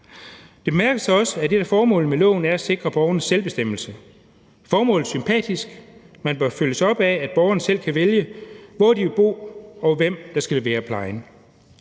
Det mærkes også, at et af formålene med loven er at sikre borgerne selvbestemmelse. Formålet er sympatisk, men bør følges op af, at borgerne selv kan vælge, hvor de vil bo, og hvem der skal levere plejen.